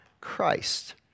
Christ